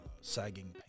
sagging